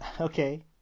Okay